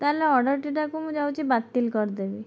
ତା'ହେଲେ ଅର୍ଡ଼ରଟି ତାକୁ ମୁଁ ଯାଉଛି ବାତିଲ୍ କରିଦେବି